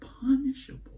punishable